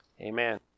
Amen